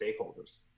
stakeholders